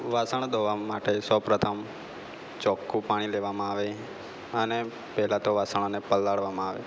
વાસણ ધોવા માટે સૌ પ્રથમ ચોખ્ખું પાણી લેવામાં આવે અને પહેલાં તો વાસણોને પલાળવામાં આવે